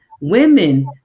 women